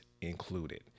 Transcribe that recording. included